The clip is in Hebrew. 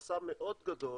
זה חסם מאוד גדול.